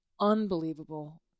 unbelievable